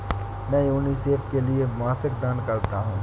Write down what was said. मैं यूनिसेफ के लिए मासिक दान करता हूं